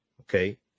okay